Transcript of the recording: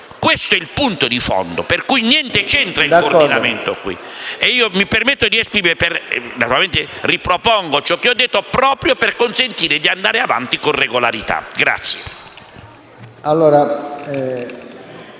Questo è il punto di fondo, per cui niente c'entra il coordinamento qui. Mi permetto di esprimerlo e ripropongo ciò che ho detto, proprio per consentire di andare avanti con regolarità.